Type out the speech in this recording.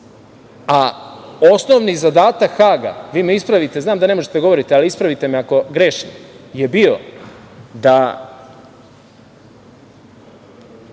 a osnovni zadatak Haga, vi me ispravite, znam da ne možete da govorite, ali ispravite me ako grešim, je bio da